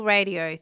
Radio